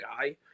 guy